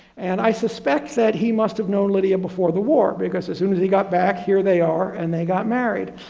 and i suspect that he must have known lydia before the war because as soon as he got back here they are and they got married.